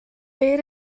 ate